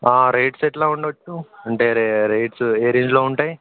rates ఎట్లా ఉండొచ్చు అంటే రే రేట్స్ ఏ రేంజ్లో ఉంటాయి